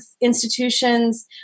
institutions